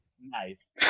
Nice